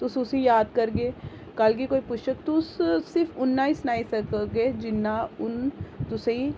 तुस उसी याद करगे कल गी कोई पुछग तुस उ'ना गै सनाई सकगे जिन्ना उन तुसेंगी जेह्ड़ा